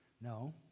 No